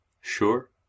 Sure